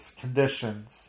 conditions